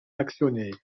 actionnaire